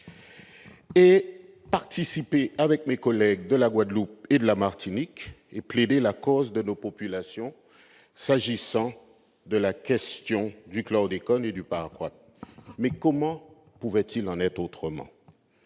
l'hémicycle, avec mes collègues de la Guadeloupe et de la Martinique, pour plaider la cause de nos populations, s'agissant de la question du chlordécone et du paraquat. Comment pouvait-il en être autrement ?